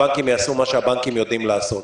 הבנקים יעשו מה שהבנקים יודעים לעשות.